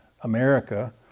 America